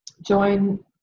join